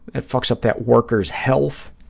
that fucks up that worker's health.